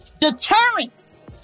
deterrence